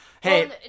Hey